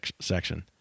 section